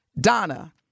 Donna